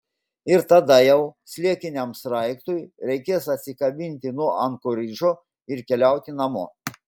ir tada jau sliekiniam sraigtui reikės atsikabinti nuo ankoridžo ir keliauti namo